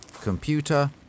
computer